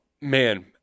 Man